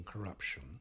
corruption